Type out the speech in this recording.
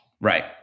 Right